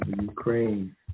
Ukraine